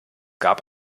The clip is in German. gab